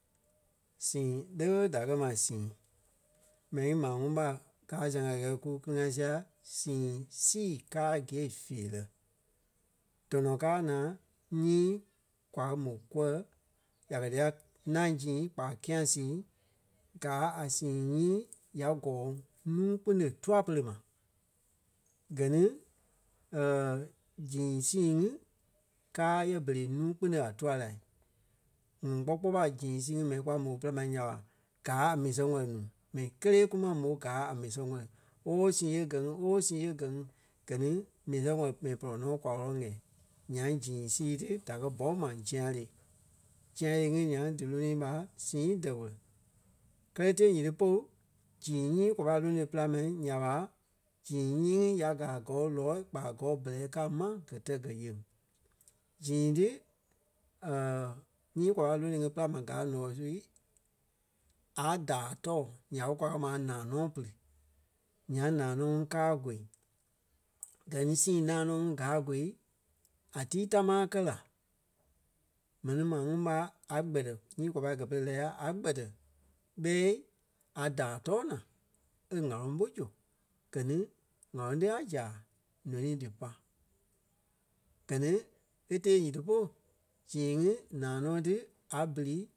Sîi, lé ɓe da kɛ́ ma sîi. Mɛnii maa ŋuŋ ɓa gaa sɛŋ a gɛɛ kú kili-ŋa sia sîi sii káa gîe feerɛ. Dɔnɔ káa naa nyii kwa mò kûa ya kɛ̀ díyɛ ńâŋ sîi kpaa can sîi gaa a sîi nyii ya gɔɔŋ nuu-kpune tûa-pere ma. Gɛ ni zîi sii ŋí káa yɛ berei nuu-kpune a tûa la. ŋuŋ kpɔ́ kpɔɔi ɓa zîi sii ŋí mɛni kwa mò e pîlaŋ ma nya ɓa gáa a mii sɛŋ wɛ́li nuu. M̀ɛnii kélee kú ma mò gáa a mii sɛŋ wɛli. Ooo sîi ee gɛ ŋí ooo sîi ee gɛ. Gɛ ni mii sɛŋ wɛli mɛni pɔlɔ nɔ ɓe kwa wɔ́lɔ ɣɛɛ. Nyaŋ zîi sii ti da kɛ́ bɔ̂ŋ ma zîa-lee. Zîa-lee ŋí nyaŋ dílônii ɓa sii dɛwɔlɔ. Kɛlɛ tée nyiti polu, zîi nyii kwa pâi lóno e pîlaŋ ma nya ɓa zîi nyii ya gaa kɔɔ lɔɔ̂i kpa gɔɔ bɛrɛ gaŋ ma gɛ tɛ̀ gɛ yeŋ. Zîi ti nyii kwa pai lônoi ŋí e pîlaŋ ma gaa ǹɔɔ su a daai tɔɔ nya ɓé kwa ma a nanɔ̂ɔ pili. Nyaŋ nanɔ̂ɔ ŋí kaa kôi. Gɛ ní sîi nanɔ̂ɔ ŋí gaa kôi a tíi támaa kɛ́ la. M̀ɛnii maa ŋuŋ ɓa a gbɛtɛ nyii kwa pai gɛ pere lɛ́ ya a gbɛtɛ ɓɛi a daai tɔɔ naa e ŋ̀áloŋ pú zu, gɛ ni ŋ̀áloŋ tí a zàa nônii dí pai. Gɛ ni e tée nyiti polu zeɣe ŋí nanɔ̂ɔ tí a bili